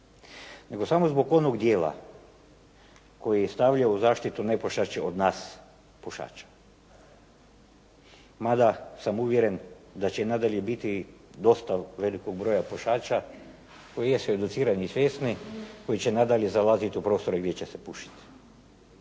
nego samo zbog onog dijela koji je stavio u zaštitu nepušače od nas pušača, mada sam uvjeren da će i nadalje biti dosta velikog broja pušača koji jesu educirani i svjesni, koji će nadalje zalaziti u prostore gdje će se pušiti.